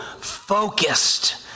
focused